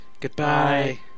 Goodbye